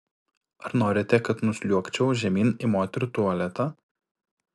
ar norite kad nusliuogčiau žemyn į moterų tualetą